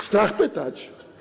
Strach pytać.